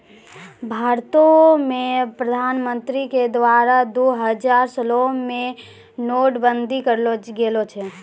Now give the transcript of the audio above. भारतो मे प्रधानमन्त्री के द्वारा दु हजार सोलह मे नोट बंदी करलो गेलो रहै